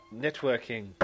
networking